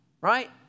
right